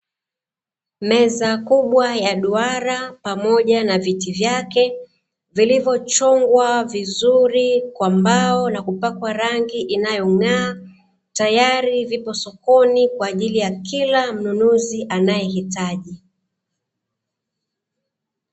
Meza kubwa ya duara pamoja na viti vyake vilivyochongwa vizuri kwa mbao na kupakwa rangi inayong'aa tayari zipo sokoni kwa ajili ya kila mnunuzi anayehitaji.